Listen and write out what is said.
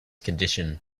condition